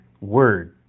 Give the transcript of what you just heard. word